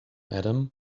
adam